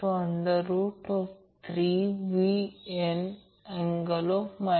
समजा हा Y connected source आहे आणि हा Y कनेक्टेड लोड आहे